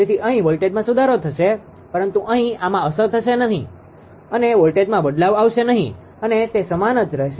તેથી અહીં વોલ્ટેજમાં સુધારો થશે પરંતુ અહી આમાં અસર થશે નહિ અને વોલ્ટેજમાં બદલાવ આવશે નહિ અને તે સમાન જ રહેશે